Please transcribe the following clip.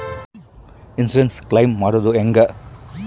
Insurance claim ಮಾಡೋದು ಹೆಂಗ?